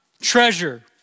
treasure